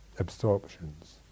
Absorptions